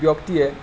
ব্যক্তিয়ে